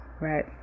Right